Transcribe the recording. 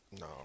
no